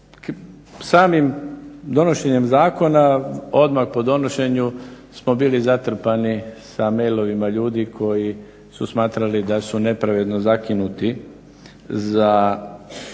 Samim donošenjem zakona odmah po donošenju smo bili zatrpani sam mailovima ljudi koji su smatrali da su nepravedno zakinuti za